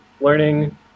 learning